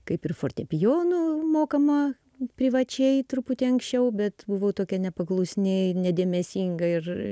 kaip ir fortepijonu mokama privačiai truputį anksčiau bet buvau tokia nepaklusni nedėmesinga ir